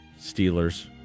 Steelers